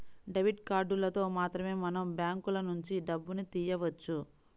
debit కార్డులతో మాత్రమే మనం బ్యాంకులనుంచి డబ్బును తియ్యవచ్చు